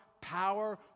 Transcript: power